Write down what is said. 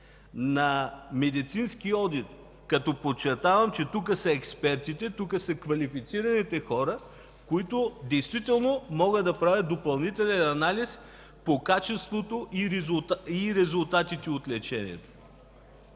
на медицинския одит. Подчертавам, че тук са експертите, тук са квалифицираните хора, които могат да правят допълнителен анализ на качеството и резултатите от лечението.